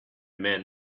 men